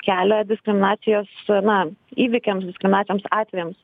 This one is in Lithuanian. kelią diskriminacijos na įvykiams diskriminacijos atvejams